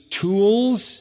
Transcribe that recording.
tools